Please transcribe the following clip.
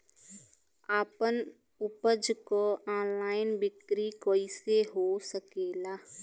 आपन उपज क ऑनलाइन बिक्री कइसे हो सकेला?